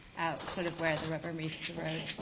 out, sort of where the river meets the road.